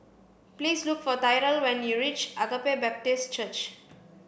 please look for Tyrel when you reach Agape Baptist Church